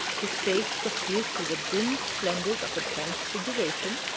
his face suffused with the dim splendors of the transfiguration,